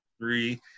three